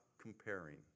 comparing